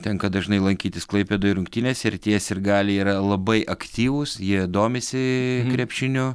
tenka dažnai lankytis klaipėdoj rungtynėse ir tie sirgaliai yra labai aktyvūs jie domisi krepšiniu